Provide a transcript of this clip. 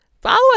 Follow